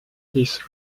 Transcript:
this